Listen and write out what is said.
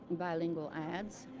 bilingual ads.